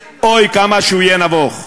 אוי, כמה שהוא יהיה נבוך.